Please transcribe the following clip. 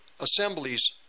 assemblies